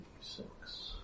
six